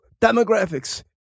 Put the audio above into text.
demographics